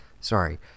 Sorry